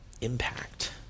impact